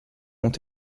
ont